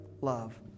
love